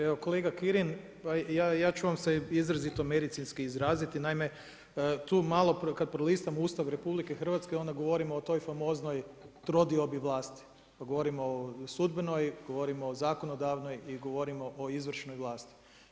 Evo, kolega Kirin, ja ću vam se izrazito medicinski izraziti, naime, tu malo kad prolistam Ustav RH, onda govorimo o toj famoznoj trodiobi vlasti, govorimo o sudbenoj, govorimo o zakonodavnoj i govorimo o izvršnoj vlasti.